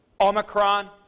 omicron